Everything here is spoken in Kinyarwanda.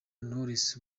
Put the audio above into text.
knowless